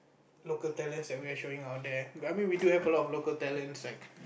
local talents that we are showing out there I mean we do have a lot of local talents like